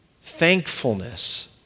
thankfulness